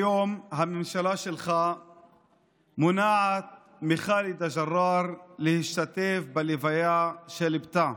היום הממשלה שלך מונעת מח'אלדה ג'ראר להשתתף בלוויה של בתה.